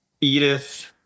Edith